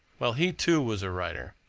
well, he too was a writer.